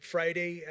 Friday